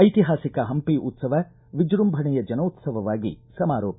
ಐತಿಹಾಸಿಕ ಹಂಪಿ ಉತ್ಸವ ವಿಜೃಂಭಣೆಯ ಜನೋತ್ಸವವಾಗಿ ಸಮಾರೋಪ